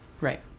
Right